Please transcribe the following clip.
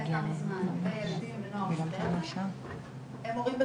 כמה זמן בילדים ונוער בנושא הזה הם הורים בטראומה,